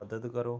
ਮਦਦ ਕਰੋ